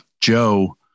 Joe